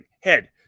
Head